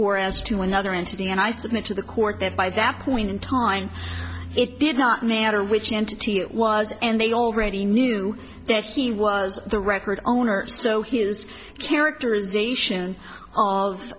or as to another entity and i submit to the court that by that point in time it did not matter which entity it was and they already knew that he was the record owner so his characterization of